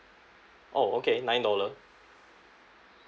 oh okay nine dollar